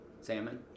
salmon